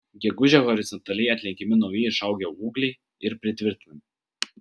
gegužę horizontaliai atlenkiami nauji išaugę ūgliai ir pritvirtinami